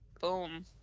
Boom